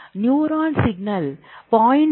neuron signal 0